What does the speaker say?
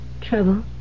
Trouble